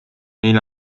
meil